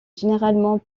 généralement